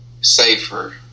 safer